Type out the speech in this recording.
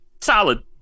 Solid